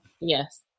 Yes